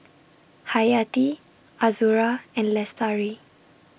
Hayati Azura and Lestari